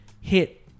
hit